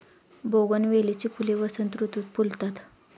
बोगनवेलीची फुले वसंत ऋतुत फुलतात